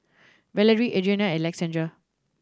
Valarie Adrianna and Alexandrea